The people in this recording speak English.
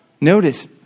Notice